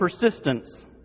persistence